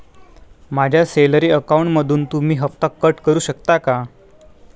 माझ्या सॅलरी अकाउंटमधून तुम्ही हफ्ता कट करू शकता का?